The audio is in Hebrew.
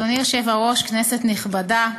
כנסת נכבדה,